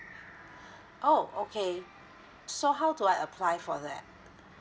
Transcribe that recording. oh okay so how do I apply for that